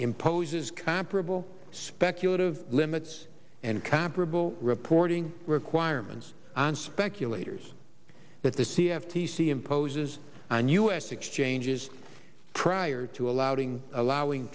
imposes comparable speculative limits and comparable reporting requirements on speculators that the c f t c imposes on us exchanges prior to allowing allowing